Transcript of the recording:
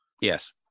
yes